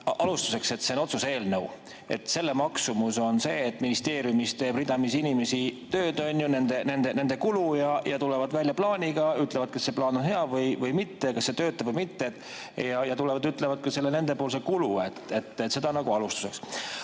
Alustuseks: see on otsuse eelnõu ja selle maksumus on see, et ministeeriumis teeb ridamisi inimesi tööd, nendel on kulud, nad tulevad välja plaaniga, ütlevad, kas see plaan on hea või mitte, kas see töötab või mitte, ja tulevad ütlevad ka selle nendepoolse kulu. Seda nagu alustuseks. Aga